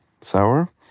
sour